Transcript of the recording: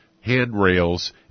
handrails